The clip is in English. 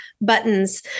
buttons